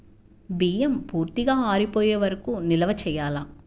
బియ్యం పూర్తిగా ఆరిపోయే వరకు నిల్వ చేయాలా?